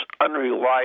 unreliable